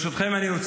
.